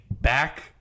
back